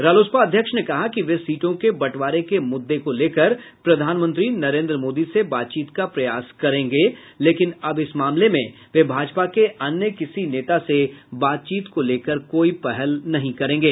रालोसपा अध्यक्ष ने कहा कि वे सीटों के बंटवारे के मुद्दे को लेकर प्रधानमंत्री नरेन्द्र मोदी से बातचीत का प्रयास करेंगे लेकिन अब इस मामले में वे भाजपा के अन्य किसी नेता से बातचीत को लेकर कोई पहल नहीं करेंगे